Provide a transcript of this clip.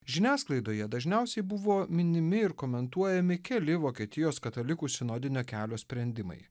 žiniasklaidoje dažniausiai buvo minimi ir komentuojami keli vokietijos katalikų sinodinio kelio sprendimai